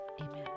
amen